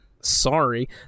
Sorry